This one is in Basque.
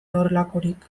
horrelakorik